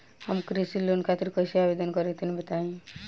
हम कृषि लोन खातिर आवेदन कइसे करि तनि बताई?